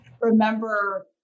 remember